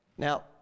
Now